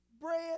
bread